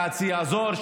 צעד שיעזור,